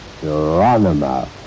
Geronimo